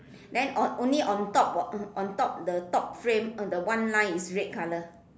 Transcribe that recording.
then o~ only on top on on top the top frame on the one line is red colour